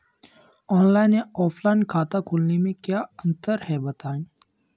Online या offline खाता खोलने में क्या अंतर है बताएँ?